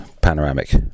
panoramic